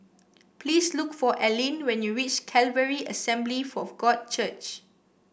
please look for Alline when you reach Calvary Assembly for God Church